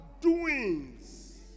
doings